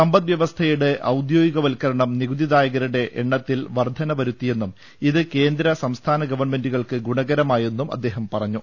സമ്പദ് വ്യവസ്ഥയുടെ ഔദ്യോഗിക വൽക്കരണം നികുതി ദായ കരുടെ എണ്ണത്തിൽ വർധന വരുത്തിയെന്നും ഇത് കേന്ദ്ര സം സ്ഥാന ഗവൺമെന്റുകൾക്ക് ഗുണകരമായെന്നും അദ്ദേഹം പറ ഞ്ഞു